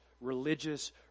religious